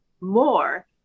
more